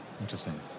Interesting